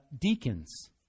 deacons